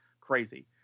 crazy